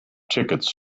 tickets